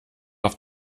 auf